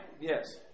Yes